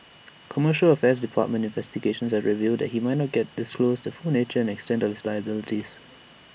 commercial affairs department investigations had revealed that he might not get disclosed the full nature and extent of his liabilities